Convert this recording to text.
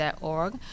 org